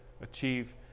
achieve